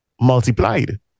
multiplied